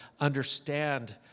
understand